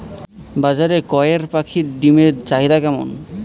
বাজারে কয়ের পাখীর ডিমের চাহিদা কেমন?